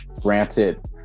granted